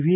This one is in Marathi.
व्ही